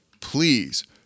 please